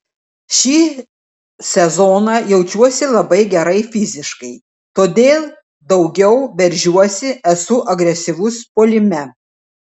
šį sezoną jaučiuosi labai gerai fiziškai todėl daugiau veržiuosi esu agresyvus puolime